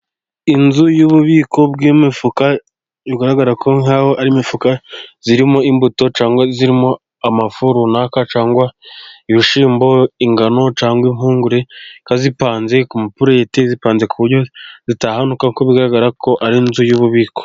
Inzu y'ububiko bw'imifuka igaragarara ko nkaho ari imifuka irimo imbuto, cyangwa irimo amafu runaka, cyangwa ibishyimbo, ingano cyangwa impungure ikaba ipanze ku mapureti ,ipanze ku buryo zitahanuka kuko bigaragara ko ari inzu y'ububiko.